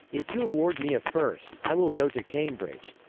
if you award me a first, i will go to cambridge.